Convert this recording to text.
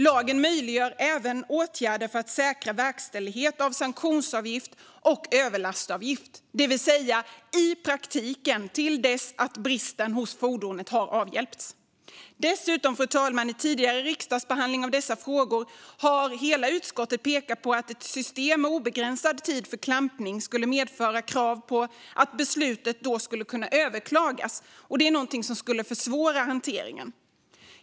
Lagen möjliggör även åtgärder för att säkra verkställighet av sanktionsavgift och överlastavgift, det vill säga i praktiken till dess att bristen hos fordonet har avhjälpts. Fru talman! I tidigare riksdagsbehandling av dessa frågor har hela utskottet pekat på att ett system med obegränsad tid för klampning skulle medföra krav på att beslutet skulle kunna överklagas. Det är någonting som skulle försvåra hanteringen.